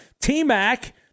T-Mac